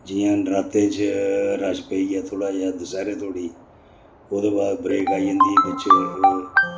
जि'यां नरातें च रश पेई गेआ थोह्ड़ा जेहा दशैह्रे तोड़ी ओह्दे बाद ब्रेक आई जंदी ही बिच